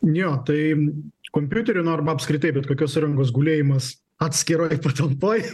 jo tai kompiuterią nu arba apskritai bet kokios rankos gulėjimas atskiroj patalpoj